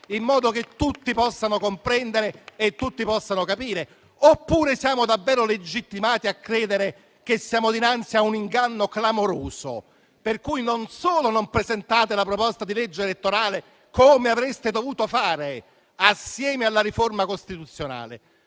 in modo che tutti possano comprendere? Oppure siamo davvero legittimati a credere che siamo dinanzi a un inganno clamoroso, per cui non solo non presentate la proposta di legge elettorale - come avreste dovuto fare - assieme alla riforma costituzionale,